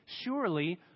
surely